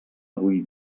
avui